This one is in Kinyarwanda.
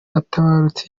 atabarutse